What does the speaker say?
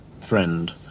friend